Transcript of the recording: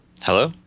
Hello